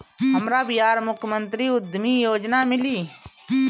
हमरा बिहार मुख्यमंत्री उद्यमी योजना मिली?